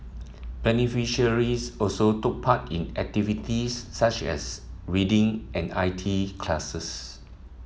beneficiaries also took part in activities such as reading and I T classes